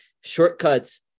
Shortcuts